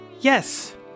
Yes